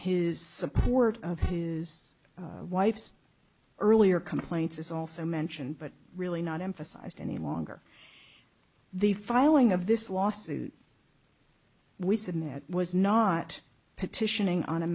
his support of his wife's earlier complaints is also mentioned but really not emphasized any longer the filing of this lawsuit we submit was not petitioning on a